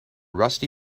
rusty